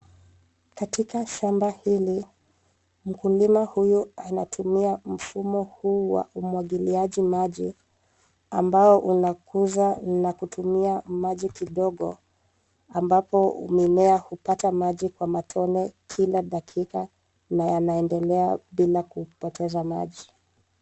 Katika shamba hili mkulima huyu anatumia mfumo huu wa umwagiliaji maji ambao unakuza na kutumia maji kidogo ambapo mimea hupata maji kwa matone kila dakika na yanaendelea bila kupoteza maji.